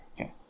Okay